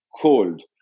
cold